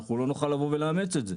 אנחנו לא נוכל לבוא ולאמץ את זה.